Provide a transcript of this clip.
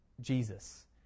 Jesus